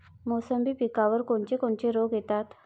मोसंबी पिकावर कोन कोनचे रोग येतात?